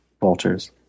vultures